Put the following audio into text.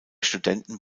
studenten